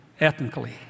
ethnically